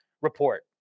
report